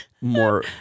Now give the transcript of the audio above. More